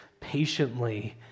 patiently